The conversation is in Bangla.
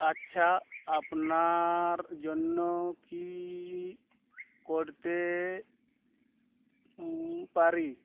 আচ্ছা আপনার জন্য কী করতে পারি